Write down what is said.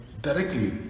directly